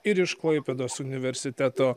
ir iš klaipėdos universiteto